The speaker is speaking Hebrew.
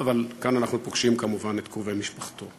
אבל כאן אנחנו פוגשים כמובן את קרובי משפחתו.